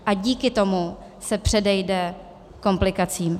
A díky tomu se předejde komplikacím.